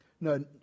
No